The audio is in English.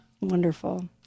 Wonderful